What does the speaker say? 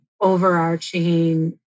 overarching